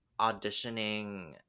auditioning